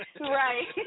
Right